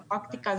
בפרקטיקה,